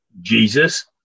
Jesus